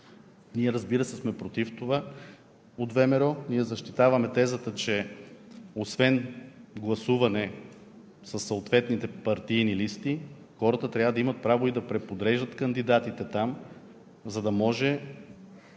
разбира се, сме против това. Защитаваме тезата, че освен гласуване със съответните партийни листи хората трябва да имат право и да преподреждат кандидатите там, за да може